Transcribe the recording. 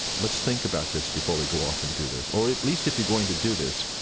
let's think about this before we go off and do this. or at least if you're going to do this,